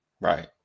right